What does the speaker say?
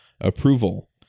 approval